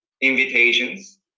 invitations